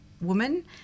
woman